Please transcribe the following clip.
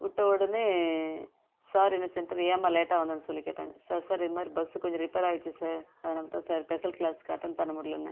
விட்ட உடனே சார் என்ன செஞ்சுட்டாரு ஏம்மா லேட்டாக வந்தேனு சொல்லி கேட்டாங்க சார் சார் இந்த மாதிரி பஸ்ஸு கொஞ்சம் ரிப்பேராயிட்ச்சு சார் அதனால் தான் சார் ஸ்பெஷல் க்ளாஸுக்கு அட்டன் பண்ண முடியலன்னே